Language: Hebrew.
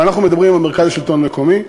אבל אנחנו מדברים עם מרכז השלטון המקומי,